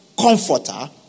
comforter